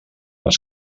les